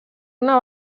una